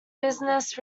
business